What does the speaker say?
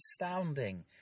astounding